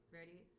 Ready